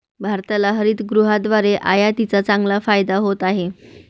भारताला हरितगृहाद्वारे आयातीचा चांगला फायदा होत आहे